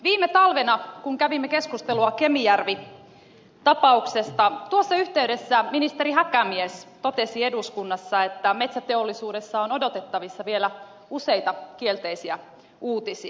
viime talvena kun kävimme keskustelua kemijärvi tapauksesta tuossa yhteydessä ministeri häkämies totesi eduskunnassa että metsäteollisuudessa on odotettavissa vielä useita kielteisiä uutisia